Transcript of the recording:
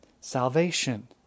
salvation